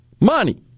Money